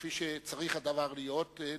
כפי שצריך הדבר להיות,